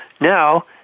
now